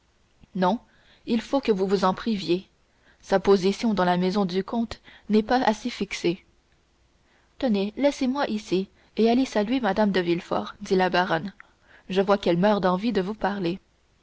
non il faut que vous vous en priviez sa position dans la maison du comte n'est pas assez fixée tenez laissez-moi ici et allez saluer mme de villefort dit la baronne je vois qu'elle meurt d'envie de vous parler